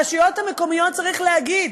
הרשויות המקומיות, צריך להגיד,